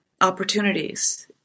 opportunities